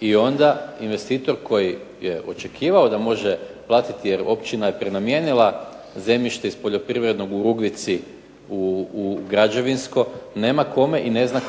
i onda investitor koji je očekivao da može platiti, jer općina je prenamijenila zemljište iz poljoprivrednog u Rugvici u građevinsko nema kome, ne zna